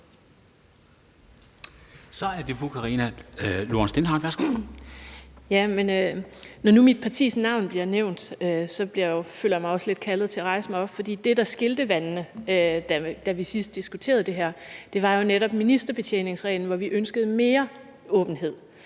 Når nu mit partis navn bliver nævnt, føler jeg mig også lidt kaldet til at rejse mig op, for det, der skilte vandene, da vi sidst diskuterede det, var jo netop ministerbetjeningsreglen, hvor vi ønskede mere åbenhed.